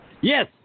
Yes